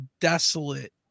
desolate